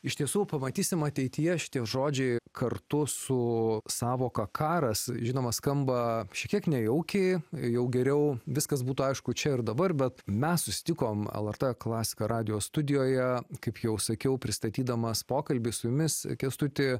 iš tiesų pamatysim ateityje šitie žodžiai kartu su sąvoka karas žinoma skamba šiek tiek nejaukiai jau geriau viskas būtų aišku čia ir dabar bet mes susitikom lrt klasika radijo studijoje kaip jau sakiau pristatydamas pokalbį su jumis kęstuti